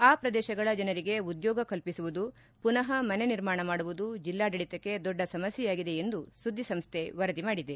ಆ ಪ್ರದೇಶಗಳ ಜನರಿಗೆ ಉದ್ಯೋಗ ಕಲ್ಪಿಸುವುದು ಪುನಃ ಮನೆ ನಿರ್ಮಾಣ ಮಾಡುವುದು ಜಲ್ಲಾಡಳತಕ್ಕೆ ದೊಡ್ಡ ಸಮಸ್ಥೆಯಾಗಿದೆ ಎಂದು ಸುದ್ದಿಸಂಸ್ಥೆ ವರದಿ ಮಾಡಿದೆ